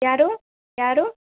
ಯಾರು ಯಾರು